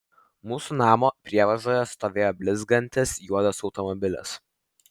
mūsų namo prievažoje stovėjo blizgantis juodas automobilis